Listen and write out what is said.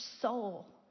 soul